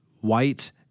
white